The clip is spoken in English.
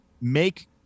make